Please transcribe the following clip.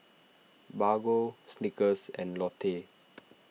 Bargo Snickers and Lotte